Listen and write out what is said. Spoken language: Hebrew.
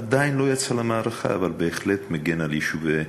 שעדיין לא יצא למערכה, אבל בהחלט מגן על יישובי